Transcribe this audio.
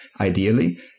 ideally